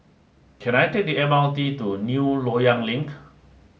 can I take the M R T to New Loyang Link